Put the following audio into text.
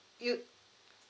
you